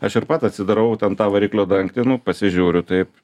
aš ir pats atsidarau ten tą variklio dangtį nu pasižiūriu taip